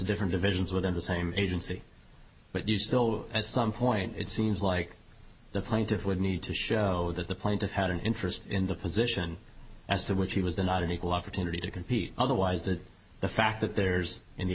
different divisions within the same agency but you still at some point it seems like the plaintiff would need to show that the plaintiff had an interest in the position as to which he was denied an equal opportunity to compete otherwise that the fact that there's in the